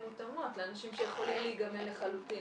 מותאמות לאנשים שיכולים להיגמל לחלוטין,